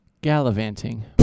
Gallivanting